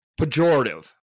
pejorative